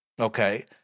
Okay